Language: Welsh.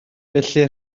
felly